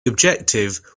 objective